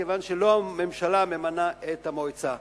כיוון שלא הממשלה ממנה את המועצה.